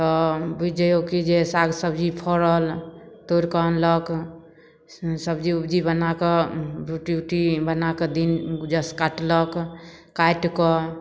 तऽ बुझि जइयौ कि जे साग सब्जी फड़ल तोरिके अनलक सब्जी उब्जी बनाकऽ रोटी उटी बनाकऽ दिन जस काटलक काटिकऽ